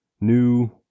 new